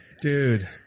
Dude